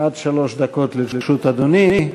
עד שלוש דקות לרשות אדוני.